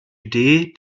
idee